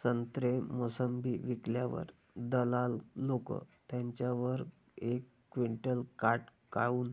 संत्रे, मोसंबी विकल्यावर दलाल लोकं त्याच्यावर एक क्विंटल काट काऊन